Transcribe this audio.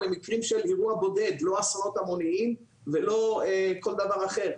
של אירוע בודד ולא לאסונות המוניים ולא כל דבר אחר.